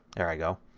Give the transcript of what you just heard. there i go.